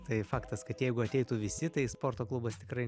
tai faktas kad jeigu ateitų visi tai sporto klubas tikrai